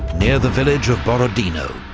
near the village of borodino,